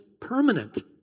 permanent